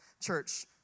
church